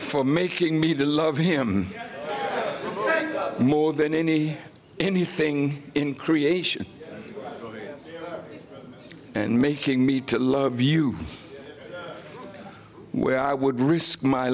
for making me to love him more than any anything in creation and making me to love you well i would risk my